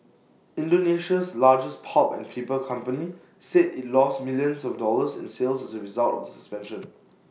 Indonesia's largest pulp and paper company said IT lost millions of dollars in sales as A result of the suspension